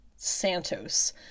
Santos